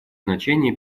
значение